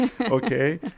Okay